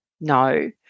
No